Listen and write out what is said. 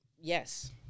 Yes